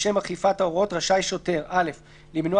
לשם אכיפת ההוראות רשאי שוטר (א) למנוע